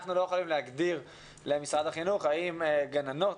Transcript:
אנחנו לא יכולים להגדיר למשרד החינוך האם גננות